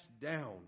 down